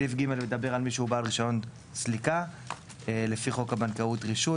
סעיף ג' מדבר על מישהו שהוא בעל רישיון סליקה לפי חוק הבנקאות רישוי,